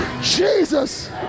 Jesus